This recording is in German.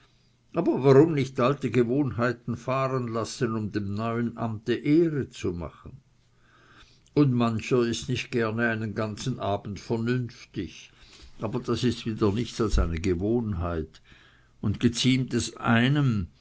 aber warum nicht alte gewohnheiten fahren lassen um dem neuen amte ehre zu machen und mancher ist nicht gerne einen ganzen abend vernünftig aber das ist wieder nichts als eine gewohnheit und geziemt es nicht einem